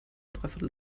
dreiviertel